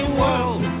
world